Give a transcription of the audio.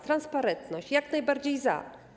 Transparentność - jak najbardziej za.